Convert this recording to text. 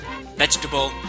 vegetable